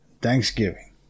Thanksgiving